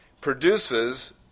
produces